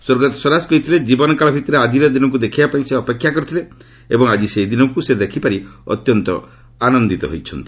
ସ୍ୱର୍ଗତ ସ୍ୱରାଜ କହିଥିଲେ ଜୀବନକାଳ ଭିତରେ ଆଜିର ଦିନକୁ ଦେଖିବା ପାଇଁ ସେ ଅପେକ୍ଷା କରିଥିଲେ ଏବଂ ଆଜି ସେହି ଦିନକ୍ ସେ ଦେଖିପାରି ଅତ୍ୟନ୍ତ ଆନନ୍ଦିତ ହୋଇଛନ୍ତି